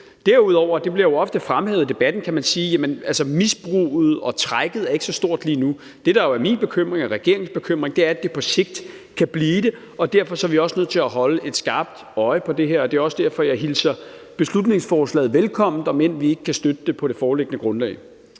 – det bliver jo ofte fremhævet i debatten – at misbruget og trækket ikke er så stort lige nu. Det, der jo er min og regeringens bekymring, er, at det på sigt kan blive det, og derfor er vi også nødt til at holde skarpt øje med det her. Og det er også derfor, jeg hilser beslutningsforslaget velkommen, om end vi ikke kan støtte det på det foreliggende grundlag.